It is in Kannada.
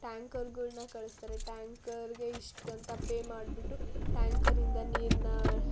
ಟ್ಯಾಂಕರ್ಗಳನ್ನ ಕಳಸ್ತಾರೆ ಟ್ಯಾಂಕರ್ಗೆ ಇಷ್ಟು ಅಂತ ಪೇ ಮಾಡಿಬಿಟ್ಟು ಟ್ಯಾಂಕರಿಂದ ನೀರನ್ನ